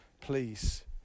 please